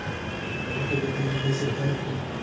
खेतबा के जोतय्बा कैसे कर हखिन?